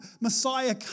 Messiah